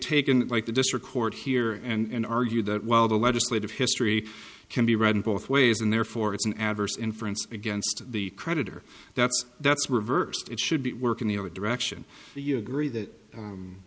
taken like the district court here and argue that while the legislative history can be right in both ways and therefore it's an adverse inference against the creditor that's that's reversed it should be work in the other direction you agree that